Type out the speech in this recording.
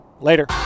later